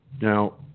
Now